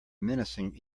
menacing